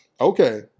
Okay